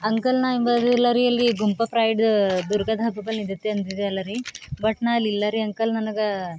uncle ನಾನು ಅಂಬೋದಿಲ್ಲ ರೀ ಇಲ್ಲಿ ಗುಂಪ ಪ್ರೈಡ್ ದುರ್ಗಾ ಧಾಬಾ ಬಲಿ ನಿಂದಿರ್ತಿ ಅಂದಿದ್ದೆ ಅಲ್ಲ ರೀ ಬಟ್ ನಾನು ಅಲ್ಲಿ ಇಲ್ಲ ರೀ ಅಂಕಲ್ ನನಗೆ